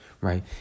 Right